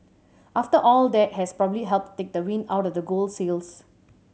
after all that has probably helped take the wind out of gold's sails